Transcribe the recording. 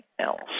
else